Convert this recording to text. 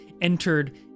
entered